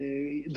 בשטח.